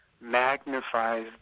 magnifies